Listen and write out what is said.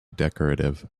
decorative